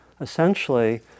essentially